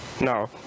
no